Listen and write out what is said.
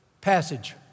passage